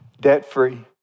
debt-free